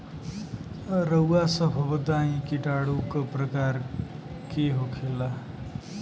रउआ सभ बताई किटाणु क प्रकार के होखेला?